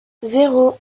zéro